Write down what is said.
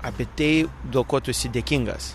apie tai dėl ko tu esi dėkingas